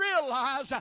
realize